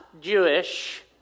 Jewish